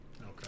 Okay